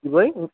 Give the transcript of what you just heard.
কী বই